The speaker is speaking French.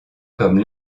comme